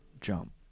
jump